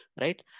Right